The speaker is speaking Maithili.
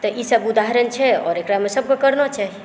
तऽ ईसभ उदाहरण छै आओर एक़रामे सभके करबऽ चाही